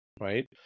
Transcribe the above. right